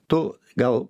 tu gal